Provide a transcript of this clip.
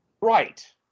Right